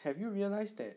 have you realised that